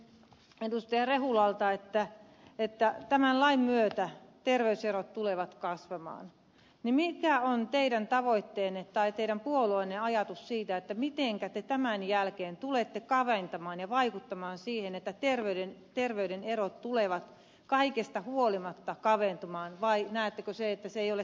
rehulalta että kun tämän lain myötä terveyserot tulevat kasvamaan niin mikä on teidän tavoitteenne tai teidän puolueenne ajatus siitä mitenkä te tämän jälkeen tulette vaikuttamaan siihen että terveyserot tulevat kaikesta huolimatta kaventumaan vai näettekö että se ei ole teidän tavoitteenne